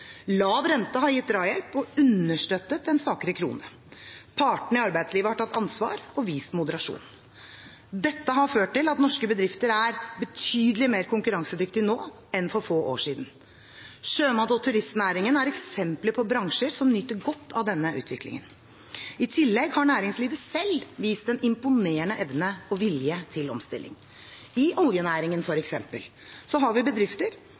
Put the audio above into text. Lav rente har gitt drahjelp og understøttet en svakere krone. Partene i arbeidslivet har tatt ansvar og vist moderasjon. Dette har ført til at norske bedrifter er betydelig mer konkurransedyktige nå enn for få år siden. Sjømat- og turistnæringen er eksempler på bransjer som nyter godt av denne utviklingen. I tillegg har næringslivet selv vist en imponerende evne og vilje til omstilling. I oljenæringen, f.eks., har vi bedrifter